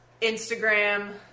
Instagram